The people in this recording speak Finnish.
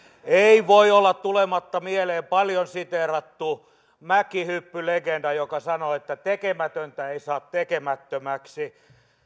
ei voi olla tulematta mieleen paljon siteerattu mäkihyppylegenda joka sanoi että tekemätöntä ei saa tekemättömäksi